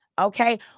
Okay